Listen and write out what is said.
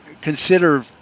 consider